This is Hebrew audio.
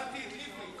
מצאתי את לבני.